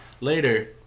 later